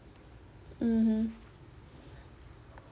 mmhmm